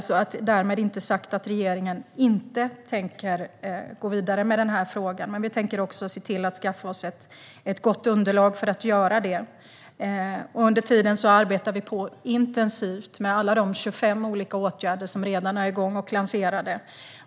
Därmed inte sagt att regeringen inte tänker gå vidare med frågan, men vi ska skaffa oss ett gott underlag för att göra det. Under tiden arbetar vi intensivt med alla de 25 olika åtgärder som redan är igång och lanserade.